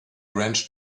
wrenched